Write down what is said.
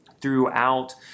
throughout